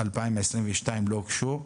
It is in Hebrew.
2022 לא הוגשו.